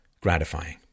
gratifying